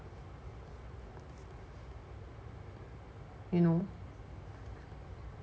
you know